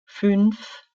fünf